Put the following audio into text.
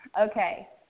Okay